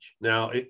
Now